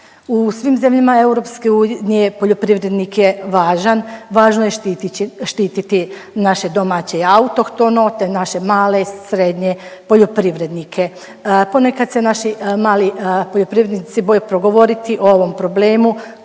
U svim zemljama EU poljoprivrednik je važan, važno je štititi naše domaće i autohtono te naše male, srednje poljoprivrednike. Ponekad se naši mali poljoprivrednici boje progovoriti o ovom problemu